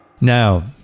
Now